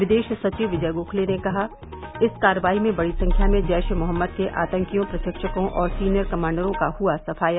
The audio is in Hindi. विदेश सचिव विजय गोखले ने कहा इस कार्रवाई में बड़ी संख्या में जैश ए मोहम्मद के आतंकियों प्रशिक्षकों और सीनियर कमांडरों का हुआ सफाया